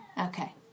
Okay